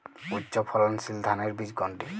উচ্চ ফলনশীল ধানের বীজ কোনটি?